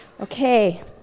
Okay